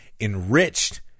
enriched